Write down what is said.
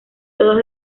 todos